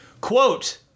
Quote